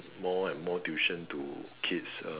more and more tuition to kids uh